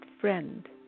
friend